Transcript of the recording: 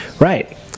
right